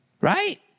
Right